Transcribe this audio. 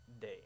day